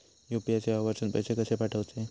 UPI वरसून पैसे कसे पाठवचे?